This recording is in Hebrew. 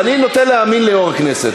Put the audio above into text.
ואני נוטה להאמין ליושב-ראש הכנסת.